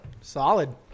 solid